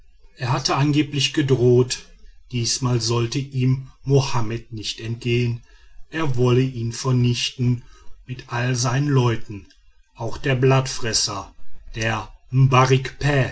er hatte angeblich gedroht diesmal sollte ihm mohammed nicht entgehen er wolle ihn vernichten mit allen seinen leuten auch der blattfresser der